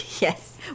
Yes